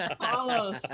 follows